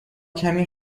کمی